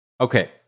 Okay